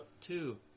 Two